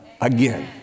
again